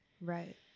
Right